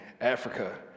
Africa